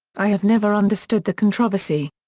i have never understood the controversy.